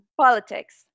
politics